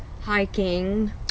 hiking